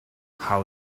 how